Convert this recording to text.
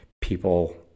people